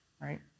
Right